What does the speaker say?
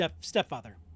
stepfather